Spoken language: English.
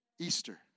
Easter